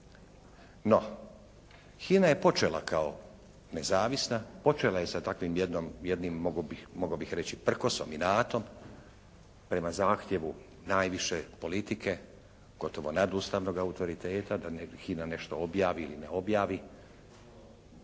No HINA je počela kao nezavisna, počela je sa takvim jednim mogao bih reći prkosom, inatom prema zahtjevu najviše politike gotovo nadustavnog autoriteta da HINA nešto objavi ili ne objavi.